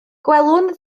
gwelwn